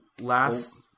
Last